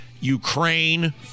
Ukraine